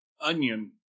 onion